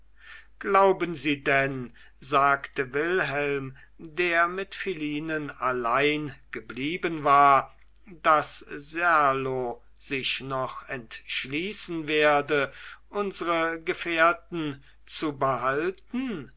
glauben sie denn sagte wilhelm der mit philinen allein geblieben war daß serlo sich noch entschließen werde unsre gefährten zu behalten